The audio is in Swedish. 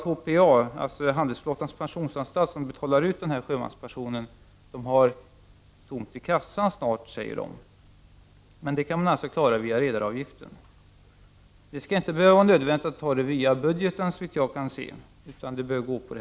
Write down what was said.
HPA, handelsflottans pensionsanstalt, som betalar ut sjömanspensionen, säger att man snart har tomt i kassan. Det skall inte vara nödvändigt att ta pengar till detta via budgeten, såvitt jag kan se.